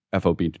FOB